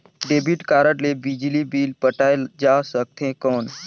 Debit card ले बिजली bill पटाय जा सकथे कौन?